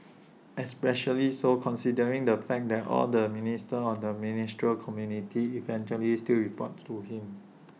especially so considering the fact that all the ministers on the ministerial committee eventually still report to him